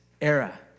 era